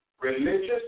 religious